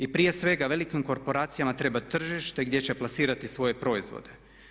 I prije svega velikim korporacijama treba tržište gdje će plasirati svoje proizvode.